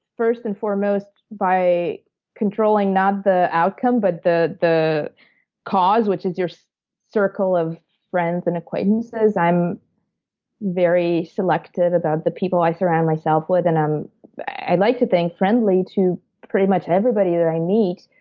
first and foremost, by controlling not the outcome, but the the cause which is your circle of friends and acquaintances. i'm very selective about the people i surround myself with, and i'm i'd like to think friendly to pretty much everybody that i meet,